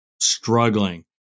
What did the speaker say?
struggling